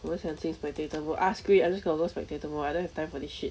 我很想进 spectator mode ah screw it I just going to go spectator mode I don't have time for this shit